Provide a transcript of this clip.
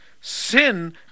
Sin